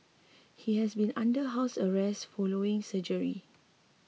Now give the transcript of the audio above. he has been under house arrest following surgery